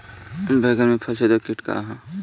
बैंगन में फल छेदक किट का ह?